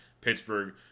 Pittsburgh